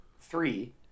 three